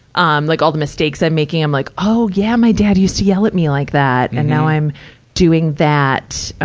um, like all the mistakes i'm making, i'm like, oh, yeah. my dad used to yell at me like that. and now i'm doing that, ah,